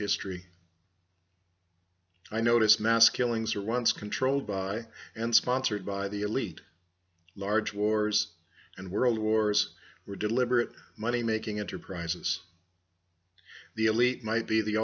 history i notice mass killings are once controlled by and sponsored by the elite large wars and world wars were deliberate money making enterprises the elite might be the